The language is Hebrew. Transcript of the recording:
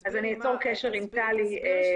אז אני אצור קשר עם טלי בנפרד,